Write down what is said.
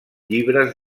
llibres